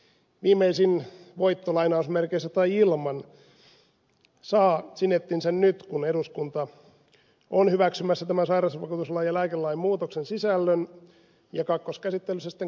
viimeisin voitto lainausmerkeissä tai ilman saa sinettinsä nyt kun eduskunta on hyväksymässä tämän sairausvakuutuslain ja lääkelain muutoksen sisällön ja kakkoskäsittelyssä sitten koko lain